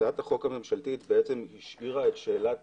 הצעת החוק הממשלתית השאירה את שאלת